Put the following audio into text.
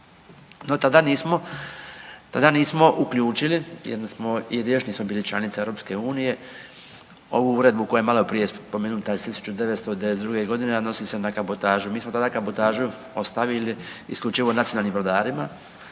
tada nismo uključili …/Govornik se ne razumije/…bili članica EU ovu uredbu koja je maloprije spomenuta iz 1992.g., a odnosi se na kabotažu. Mi smo tada kabotažu ostavili isključivo nacionalnim brodarima,